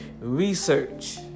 research